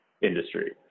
industry